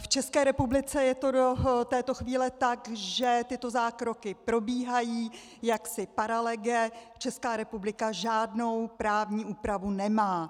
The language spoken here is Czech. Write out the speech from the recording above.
V České republice je to do této chvíle tak, že tyto zákroky probíhají jaksi paralege, Česká republika žádnou právní úpravu nemá.